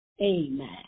Amen